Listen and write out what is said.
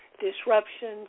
disruptions